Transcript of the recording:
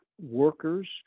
workers